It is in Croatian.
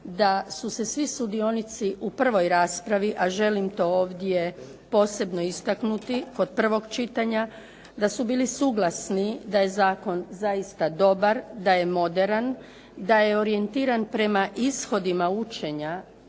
da su se svi sudionici u prvoj raspravi, a želim to ovdje posebno istaknuti, kod prvog čitanja da su bili suglasni da je zakon zaista dobar, da je moderan, da je orijentiran prema ishodima učenja